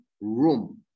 room